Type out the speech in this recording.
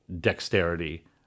dexterity